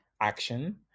action